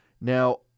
Now